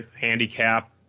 handicap